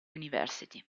university